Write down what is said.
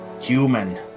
Human